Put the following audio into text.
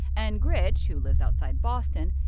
and grych, who lives outside boston,